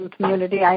community